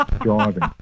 Driving